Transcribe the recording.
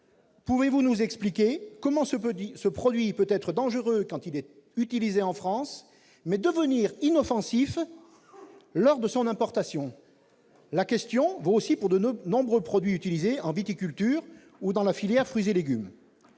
pouvez-vous nous expliquer comment ce produit peut être dangereux quand il est utilisé en France, mais devenir inoffensif lorsqu'il est importé ? La question vaut aussi pour de nombreux produits utilisés en viticulture ou dans la filière fruits et légumes.